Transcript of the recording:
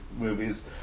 movies